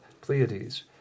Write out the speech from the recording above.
Pleiades